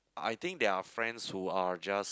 I think they're friends who are just